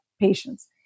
patients